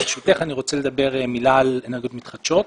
ברשותך, אני רוצה לומר מילה על אנרגיות מתחדשות.